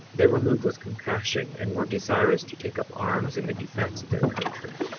they were moved with compassion and were desirous to take up arms in the defence of their country.